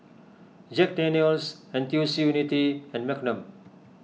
Jack Daniel's N T U C Unity and Magnum